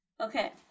okay